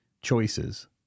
choices